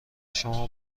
شما